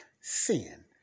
Sin